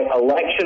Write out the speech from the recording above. election